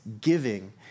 giving